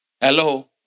Hello